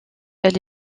elle